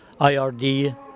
IRD